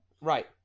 right